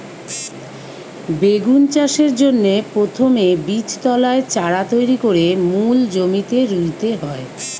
বেগুন চাষের জন্যে প্রথমে বীজতলায় চারা তৈরি কোরে মূল জমিতে রুইতে হয়